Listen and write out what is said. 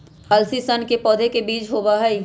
अलसी सन के पौधे के बीज होबा हई